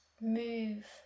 move